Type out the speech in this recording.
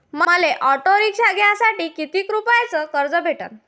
मले auto rickshaw घ्यासाठी कितीक रुपयाच कर्ज भेटनं?